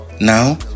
Now